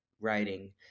writing